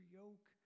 yoke